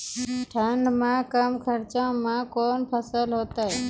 ठंड मे कम खर्च मे कौन फसल होते हैं?